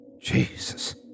Jesus